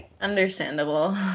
Understandable